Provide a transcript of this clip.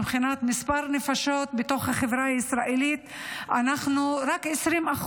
מבחינת מספר הנפשות בתוך החברה הישראלית אנחנו רק 20%,